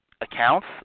accounts